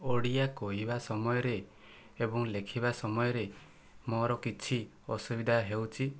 ଓଡ଼ିଆ କହିବା ସମୟରେ ଏବଂ ଲେଖିବା ସମୟରେ ମୋର କିଛି ଅସୁବିଧା ହେଉଛି